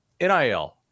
NIL